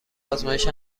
آزمایش